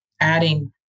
adding